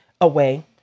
away